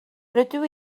rydw